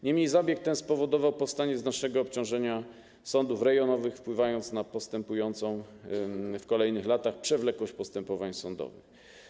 Niemniej zabieg ten spowodował powstanie znacznego obciążenia sądów rejonowych, wpływając na postępującą w kolejnych latach przewlekłość postępowań sądowych.